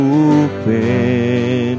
open